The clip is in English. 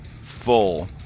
full